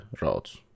roads